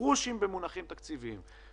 במונחים תקציביים.